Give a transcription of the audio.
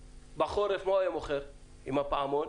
בחורף מה היה מוכר עם הפעמון?